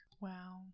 Wow